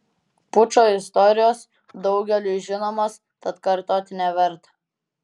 pučo istorijos daugeliui žinomos tad kartoti neverta